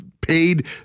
paid